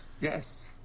Yes